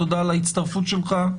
תודה על ההצטרפות שלך.